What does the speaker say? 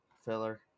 filler